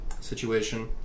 situation